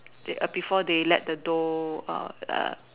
they err before they let the dough err err